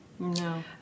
No